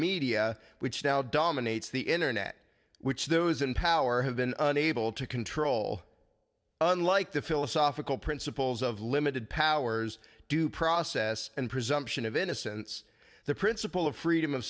media which now dominates the internet which those in power have been unable to control unlike the philosophical principles of limited powers due process and presumption of innocence the principle of freedom of